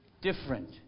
different